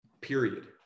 period